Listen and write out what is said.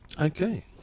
okay